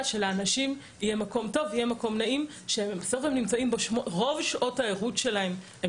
שלאנשים יהיה מקום טוב ונעים כי בסוף הם נמצאים בו רוב שעות הערות שלהם.